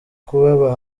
kubaba